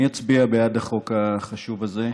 אני אצביע בעד החוק החשוב הזה.